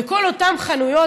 וכל אותן חנויות,